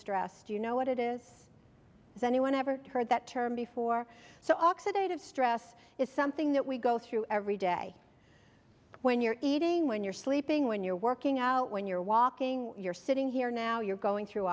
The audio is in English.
stress do you know what it is if anyone ever heard that term before so oxidative stress is something that we go through every day when you're eating when you're sleeping when you're working out when you're walking you're sitting here now you're going through